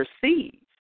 perceived